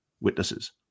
witnesses